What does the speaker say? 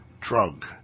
drug